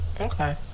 okay